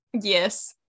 Yes